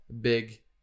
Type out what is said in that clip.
big